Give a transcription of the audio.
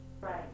Right